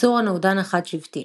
ייצור הנוגדן החד-שבטי